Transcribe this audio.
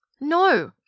No